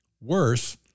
Worse